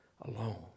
alone